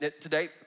Today